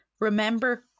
Remember